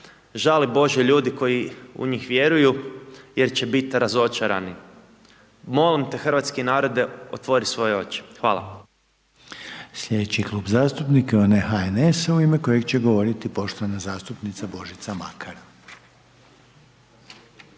žali Bože ljudi koji u njih vjeruju jer će bit razočarani. Molim te, hrvatski narode, otvori svoje oči. Hvala. **Reiner, Željko (HDZ)** Sljedeći Klub zastupnika je onaj HNS-a u ime kojeg će govoriti poštovana zastupnika Božica Makar.